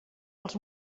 els